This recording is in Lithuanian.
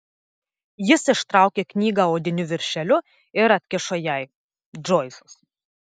jis ištraukė knygą odiniu viršeliu ir atkišo jai džoisas